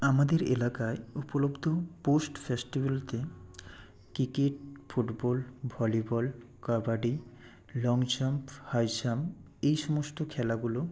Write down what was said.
আমাদের এলাকায় উপলব্ধ পোস্ট ফেস্টিভালেতে cricket football volleyball kabaddi long jump high jump এই সমস্ত খেলাগুলো